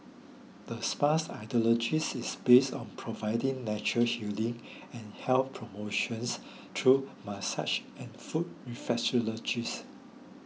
the spa's ideologies is based on providing natural healing and health promotions through massage and foot reflexologies